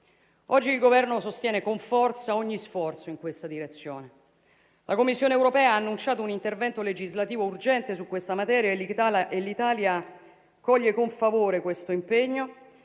Oggi il Governo sostiene con forza ogni sforzo in tale direzione. La Commissione europea ha annunciato un intervento legislativo urgente in materia e l'Italia coglie con favore questo impegno